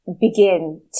begin